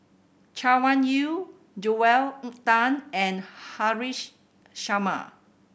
Chay Weng Yew Joel Tan and Haresh Sharma